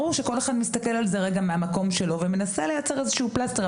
ברור שכל אחד מסתכל מהמקום שלו ומנסה לייצר איזשהו פלסטר.